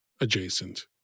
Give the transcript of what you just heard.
adjacent